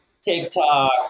TikTok